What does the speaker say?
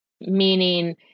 meaning